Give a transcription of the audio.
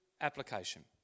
application